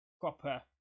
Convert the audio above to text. proper